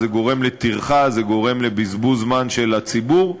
זה גורם לטרחה, זה גורם לבזבוז זמן של הציבור,